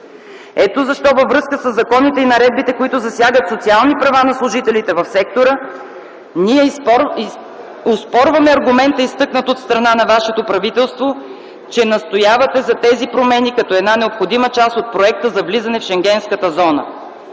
Ето защо във връзка със законите и наредбите, които засягат социални права на служителите в сектора, ние оспорваме аргумента, изтъкнат от страна на вашето правителство, че настоявате за тези промени като една необходима част от проекта за влизане в Шенгенската зона.